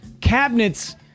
cabinets